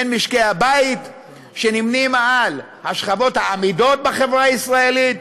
בין משקי הבית שנמנים עם השכבות האמידות בחברה הישראלית